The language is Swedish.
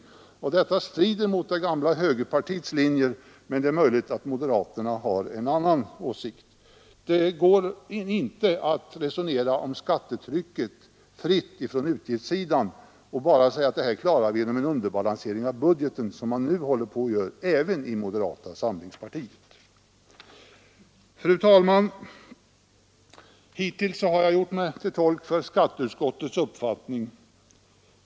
Detta strider mot det gamla högerpartiets linje, men det är möjligt att moderaterna nu har en annan åsikt. Det går emellertid inte att resonera om skattetrycket utan att ta med utgiftssidan och bara säga att saken klaras genom en underbalansering av budgeten, något som man nu gör även i moderata samlingspartiet. Fru talman! Hittills har jag gjort mig till tolk för skatteutskottets uppfattning.